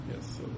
Yes